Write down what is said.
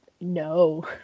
no